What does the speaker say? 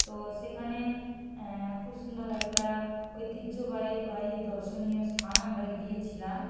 তো সেখানে খুব সুন্দর একটা ঐতিহ্যবাহী বাহী দর্শনীয় স্থান আমরা গিয়েছিলাম